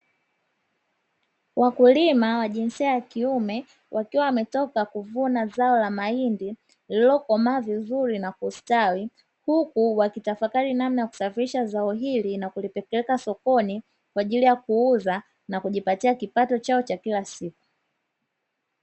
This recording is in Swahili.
Wakulima wa jinsia ya kiume wakiwa wametoka kuvuna zao la mahindi lililokomaa vizuri na kustawi, huku wakitafakari namna ya kusafirisha zao hili na kulipepeka sokoni kwa ajili ya kuuza na kujipatia kipato chao cha kila siku.